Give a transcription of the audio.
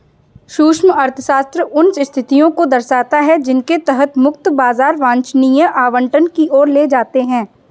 सूक्ष्म अर्थशास्त्र उन स्थितियों को दर्शाता है जिनके तहत मुक्त बाजार वांछनीय आवंटन की ओर ले जाते हैं